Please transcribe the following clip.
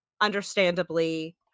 understandably